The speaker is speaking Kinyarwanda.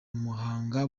muhanga